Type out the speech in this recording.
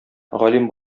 галим